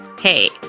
Hey